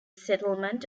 settlement